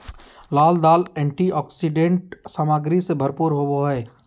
लाल दाल एंटीऑक्सीडेंट सामग्री से भरपूर होबो हइ